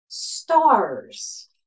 stars